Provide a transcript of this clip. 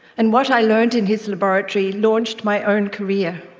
and what i learned in his laboratory launched my own career.